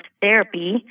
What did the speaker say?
therapy